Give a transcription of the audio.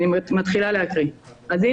אני מתחילה להקריא: אז,